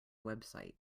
website